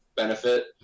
benefit